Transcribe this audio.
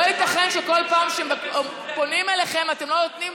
לא ייתכן שכל פעם שפונים אליכם אתם לא נותנים